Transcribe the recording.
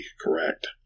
correct